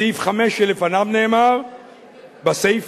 בסעיף 5 שלפניו נאמר בסיפא: